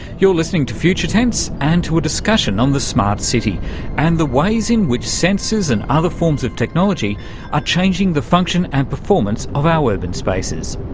you're listening to future tense and to a discussion on the smart city and the ways in which sensors and other forms of technology are changing the function and performance of our urban spaces.